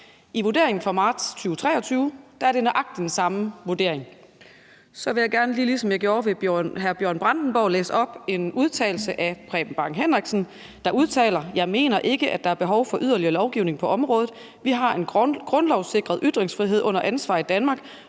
I vurderingen fra marts 2023 er det nøjagtig den samme vurdering. Så vil jeg gerne, ligesom jeg gjorde ved hr. Bjørn Brandenborg, læse en udtalelse af Preben Bang Henriksen op: Jeg mener ikke, at der er behov for yderligere lovgivning på området. Vi har en grundlovssikret ytringsfrihed under ansvar i Danmark,